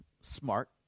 smart